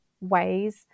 ways